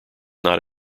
not